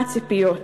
מה הציפיות.